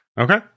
Okay